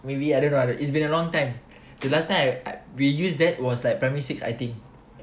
maybe ah I don't know it's been a long time K last time I I we use that was like primary six I think